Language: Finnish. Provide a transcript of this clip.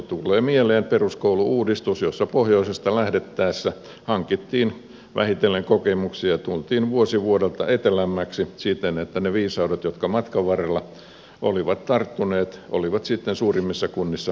tulee mieleen peruskoulu uudistus jossa pohjoisesta lähdettäessä hankittiin vähitellen kokemuksia ja tultiin vuosi vuodelta etelämmäksi siten että ne viisaudet jotka matkan varrella olivat tarttuneet olivat sitten suurimmissa kunnissa käytettävissä